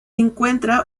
encuentra